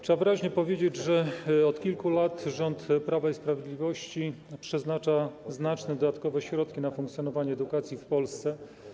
Trzeba wyraźnie powiedzieć, że od kilku lat rząd Prawa i Sprawiedliwości przeznacza znaczne dodatkowe środki na funkcjonowanie edukacji w Polsce.